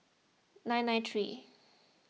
nine nine three